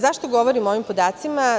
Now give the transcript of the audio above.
Zašto govorim o ovom podacima?